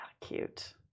cute